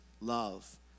Love